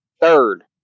Third